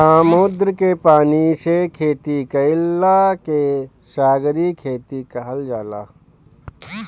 समुंदर के पानी से खेती कईला के सागरीय खेती कहल जाला